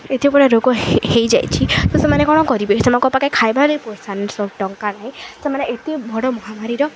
ଏତେ ଗୁଡ଼ା ରୋଗ ହୋଇଯାଇଛି ତ ସେମାନେ କ'ଣ କରିବେ ସେମାନଙ୍କ ପାଖେ ଖାଇବା ଲାଗି ପଇସା ନାହିଁ ସେ ଟଙ୍କା ନାହିଁ ସେମାନେ ଏତେ ବଡ଼ ମହାମାରୀର